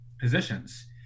positions